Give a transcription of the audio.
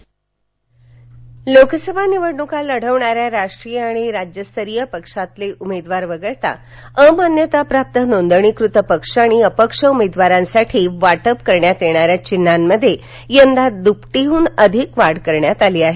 चिन्ह लोकसभा निवडणुका लढविणाऱ्या राष्ट्रीय आणि राज्यस्तरीय पक्षातील उमेदवार वगळता अमान्यताप्राप्त नोंदणीकृत पक्ष आणि अपक्ष उमेदवारांसाठी वाटप करण्यात येणान्या चिन्हांमध्ये यंदा दुपटीहून अधिक वाढ करण्यात आली आहे